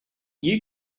you